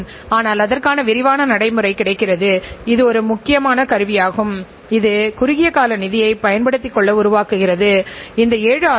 உங்கள் சப்ளையர்கள் சிக்கல்களை உருவாக்கத் தொடங்கினால் உங்கள் விநியோகஸ்தர்கள் பாதிக்கப்படுகிறார்கள்